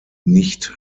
nicht